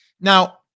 Now